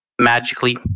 magically